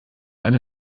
eine